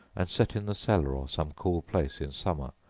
and set in the cellar or some cool place in summer,